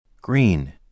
Green